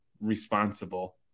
responsible